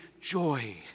joy